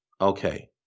Okay